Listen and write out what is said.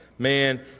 Man